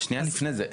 שנייה לפני זה.